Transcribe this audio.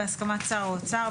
בהסכמת שר האוצר,